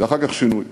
ואחר כך שינוי.